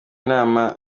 inama